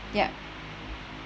ya